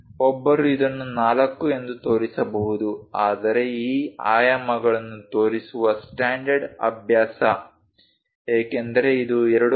ಒಬ್ಬರು ಇದನ್ನು 4 ಎಂದು ತೋರಿಸಬಹುದು ಆದರೆ ಈ ಆಯಾಮಗಳನ್ನು ತೋರಿಸುವ ಸ್ಟ್ಯಾಂಡರ್ಡ್ ಅಭ್ಯಾಸ ಏಕೆಂದರೆ ಇದು 2